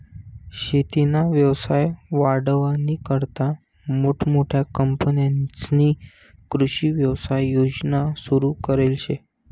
शेतीना व्यवसाय वाढावानीकरता मोठमोठ्या कंपन्यांस्नी कृषी व्यवसाय योजना सुरु करेल शे